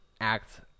act